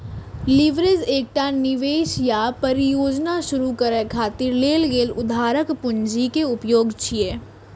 leverage एकटा निवेश या परियोजना शुरू करै खातिर लेल गेल उधारक पूंजी के उपयोग छियै